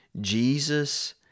Jesus